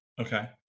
Okay